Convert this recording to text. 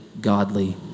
godly